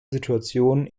situation